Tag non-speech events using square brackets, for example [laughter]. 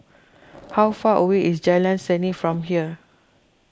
[noise] how far away is Jalan Seni from here